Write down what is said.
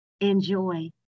Enjoy